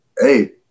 hey